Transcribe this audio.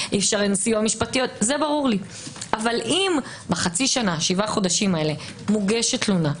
אבל אם בחצי שנה, שבעה חודשים הללו מוגשת תלונה,